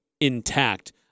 intact